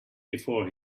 before